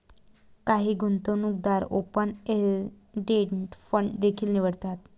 काही गुंतवणूकदार open ended fund देखील निवडतात